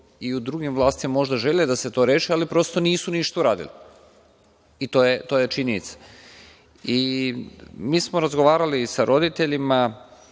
i u drugim vlastima možda želje da se to reši, ali prosto nisu ništa uradili. To je činjenica. Mi smo razgovarali sa roditeljima,